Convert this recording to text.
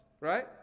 right